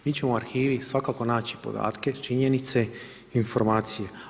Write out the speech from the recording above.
Mi ćemo u arhivi svakako naći podatke, činjenice, informacije.